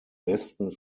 westen